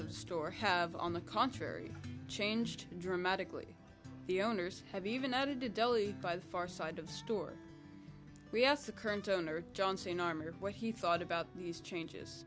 of store have on the contrary changed dramatically the owners have even added to deli by the far side of the store we asked the current owner johnson armor what he thought about these changes